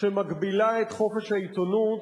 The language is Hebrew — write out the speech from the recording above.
שמגבילה את חופש העיתונות,